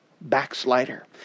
backslider